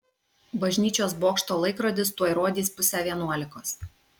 bažnyčios bokšto laikrodis tuoj rodys pusę vienuolikos